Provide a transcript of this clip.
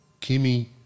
Kimmy-